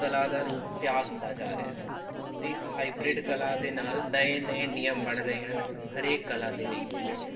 ਕਲਾ ਦਾ ਰੂਪ ਤਿਆਰ ਹੁੰਦਾ ਜਾ ਰਿਹਾ ਅਤੇ ਇਸ ਹਾਈਬਰਿਡ ਕਲਾ ਦੇ ਨਾਲ ਨਵੇਂ ਨਵੇਂ ਨਿਯਮ ਬਣ ਰਹੇ ਹਨ ਹਰੇਕ ਕਲਾ ਦੇ ਲਈ ਜਿਵੇਂ